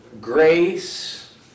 grace